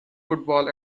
football